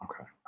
Okay